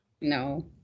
No